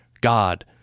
God